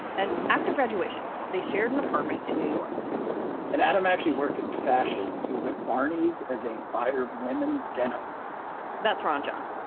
and after graduation, they shared an apartment in new york and adam actually worked in fashion. he was at barneys as a buyer of women's denim that's ron john.